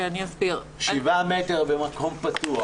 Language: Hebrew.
7 מטר במקום פתוח.